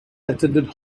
attended